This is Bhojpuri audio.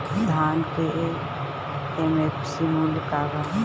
धान के एम.एफ.सी मूल्य का बा?